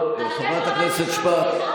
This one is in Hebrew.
טוב, חברת הכנסת שפק,